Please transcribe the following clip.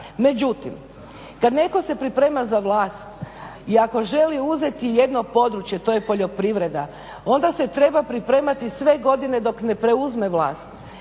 Međutim, kada netko se priprema za vlast i ako želi uzeti jedno područje, to je poljoprivreda onda se treba pripremati sve godine dok ne preuzme vlast.